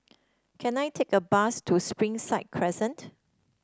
can I take a bus to Springside Crescent